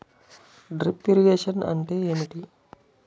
Drip irrigation అంటే ఏమిటి?